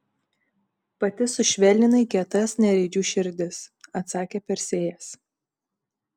pati sušvelninai kietas nereidžių širdis atsakė persėjas